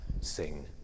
sing